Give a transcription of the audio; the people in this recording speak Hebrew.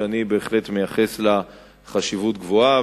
שאני בהחלט מייחס לה חשיבות גבוהה,